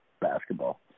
basketball